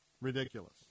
Ridiculous